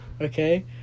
Okay